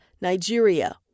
Nigeria